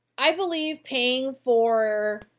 i believe paying for.